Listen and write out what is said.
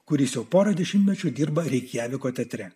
kuris jau porą dešimtmečių dirba reikjaviko teatre